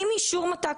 עם אישור מת"ק,